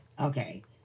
Okay